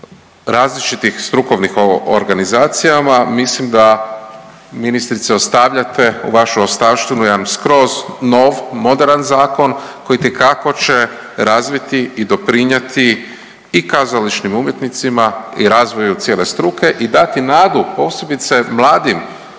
različitih strukovnih organizacijama mislim da ministrice ostavljate u vašu ostavštinu jedan skroz nov moderan zakon koji itekako će razviti i doprinjeti i kazališnim umjetnicima i razvoju cijele struke i dati nadu, posebice mladim